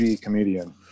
comedian